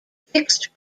fixed